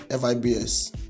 FIBS